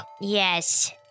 Yes